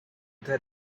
their